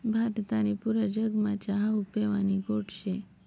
भारत आणि पुरा जगमा च्या हावू पेवानी गोट शे